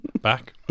Back